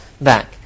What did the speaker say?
back